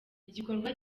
igikorwa